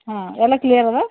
ಹಾಂ ಎಲ್ಲ ಕ್ಲಿಯರಲ್ಲಾ